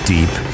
Deep